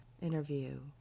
interview